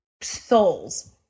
souls